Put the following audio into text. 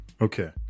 Okay